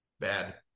Bad